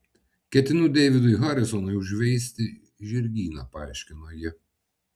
ketinu deividui harisonui užveisti žirgyną paaiškino ji